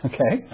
Okay